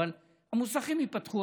אבל המוסכים ייפתחו,